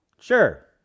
Sure